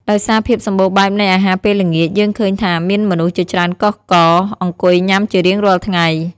ដោយសារភាពសម្បូរបែបនៃអាហារពេលល្ងាច យើងឃើញថាមានមនុស្សជាច្រើនកុះករអង្គុយញុាំជារៀងរាល់ថ្ងៃ។